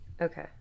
Okay